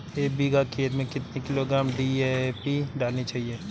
एक बीघा खेत में कितनी किलोग्राम डी.ए.पी डालनी चाहिए?